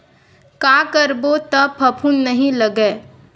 का करबो त फफूंद नहीं लगय?